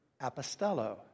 apostello